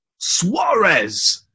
Suarez